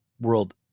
world